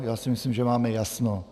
Já si myslím, že máme jasno.